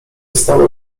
stało